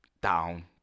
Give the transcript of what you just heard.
down